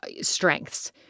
strengths